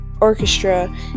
Orchestra